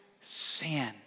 sin